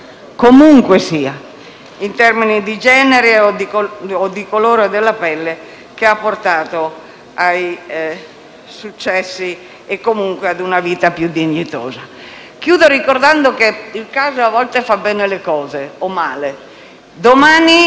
comunque sia, in termini di genere o di colore della pelle, che ha portato ai successi e a una vita più dignitosa. Chiudo ricordando che il caso, a volte, fa le cose bene, o male. Domani